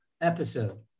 episode